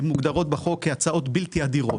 הן מוגדרות בחוק כהצעות בלתי הדירות,